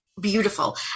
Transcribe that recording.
beautiful